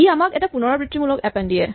ই আমাক এটা পূণৰাবৃত্তিমূলক এপেন্ড দিয়ে